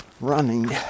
running